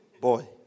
Boy